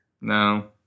No